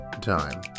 time